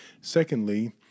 secondly